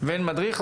ואין מדריך,